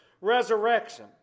resurrection